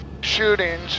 shootings